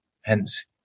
hence